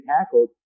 tackled